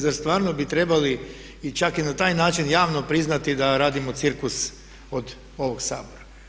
Zar stvarno bi trebali čak i na taj način javno priznati da radimo cirkus od ovog Sabora.